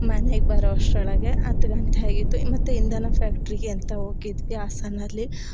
ಮನೆಗೆ ಬರೋ ಅಷ್ಟರೊಳಗೆ ಹತ್ತು ಗಂಟೆ ಆಗಿತ್ತು ಮತ್ತು ಇಂಧನ ಫ್ಯಾಕ್ಟ್ರಿಗೆ ಅಂತ ಹೋಗಿದ್ವಿ ಹಾಸನದಲ್ಲಿ